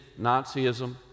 nazism